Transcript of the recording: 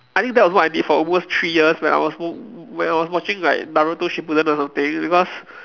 I think that was what I did for almost three years when I was when I was like watching like Naruto Shippuden or something because